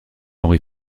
henri